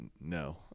no